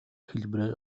хэлбэрээр